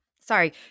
sorry